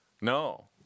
No